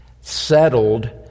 settled